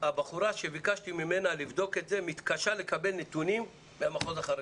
'הבחורה שביקשתי ממנה לבדוק את זה מתקשה לקבל נתונים מהמחוז החרדי'.